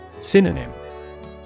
Synonym